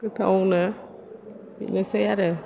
गोथावनो बेनोसै आरो